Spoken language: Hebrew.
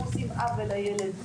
אנחנו עושים עוול לילד משולב,